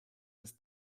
bis